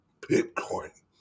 bitcoin